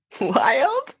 Wild